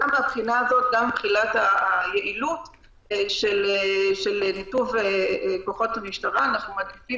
גם מבחינת היעילות של ניתוב כוחות המשטרה אנחנו מעדיפים